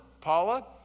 Paula